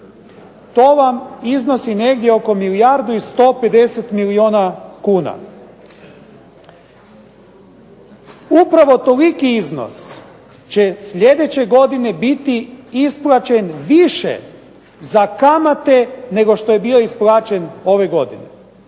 to vam iznosi negdje oko milijardu i 150 milijuna kuna. Upravo toliki iznos će sljedeće godine biti isplaćen više za kamate nego što je bio isplaćen ove godine.